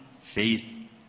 faith